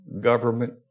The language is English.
government